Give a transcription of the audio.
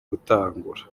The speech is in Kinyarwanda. gutangura